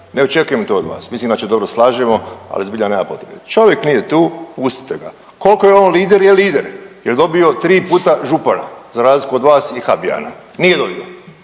ne očekujem to od vas. Mislim da se dobro slažemo ali zbilja nema potrebe. Čovjek nije tu, pustite ga. Koliko je on lider je lider. Jel dobio 3 puta župana za razliku od vas i Habijana, nije dobio.